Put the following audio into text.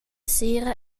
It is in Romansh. sera